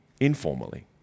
informally